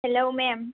हेल' मेम